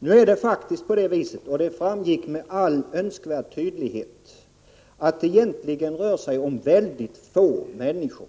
Under utskottsbehandlingen framgick det med all önskvärd tydlighet att det egentligen är mycket få människor